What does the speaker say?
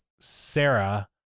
sarah